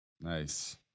Nice